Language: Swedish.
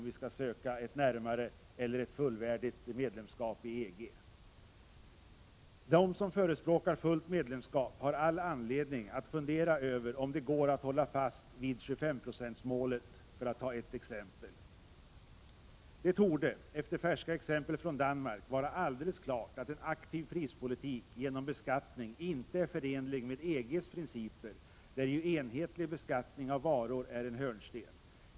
Den som förespråkar fullt medlemskap har all anledning att fråga sig om det går att hålla fast vid exempelvis 25-procentmålet. Det torde — det visar färska exempel från Danmark — vara alldeles klart att en aktiv prispolitik genom beskattning inte är förenlig med EG:s principer, där ju enhetlig beskattning av varor är en hörnsten.